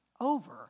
over